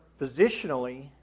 positionally